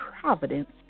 Providence